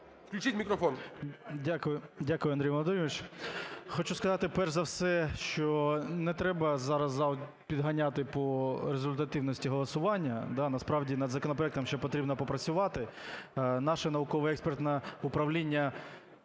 В.В. Дякую, Андрій Володимирович. Хочу сказати, перш за все, що не треба зараз зал підганяти по результативності голосування, да, насправді над законопроектом ще потрібно попрацювати. Наше науково-експертне управління